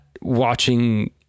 watching